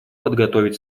подготовить